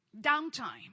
downtime